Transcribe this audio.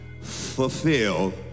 Fulfill